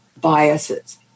biases